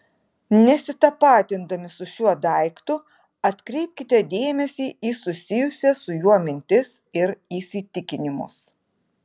nesitapatindami su šiuo daiktu atkreipkite dėmesį į susijusias su juo mintis ir įsitikinimus